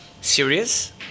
serious